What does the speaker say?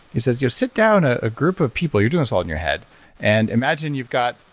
he says, you'll sit down a group of people. you're doing this all in your head and imagine you've got,